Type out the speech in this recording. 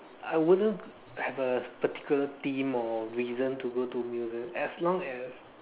I wouldn't have a particular theme or reason to go to museums as long as